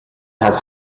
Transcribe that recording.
have